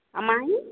ଆଉ ମାଇଁ